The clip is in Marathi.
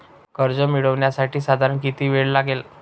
कर्ज मिळविण्यासाठी साधारण किती वेळ लागेल?